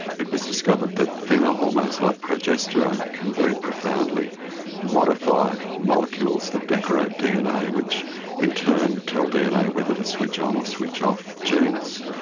it was discovered that female hormones like progesterone can very profoundly modify molecules that decorate dna which in turn tell dna whether to switch on or switch off genes.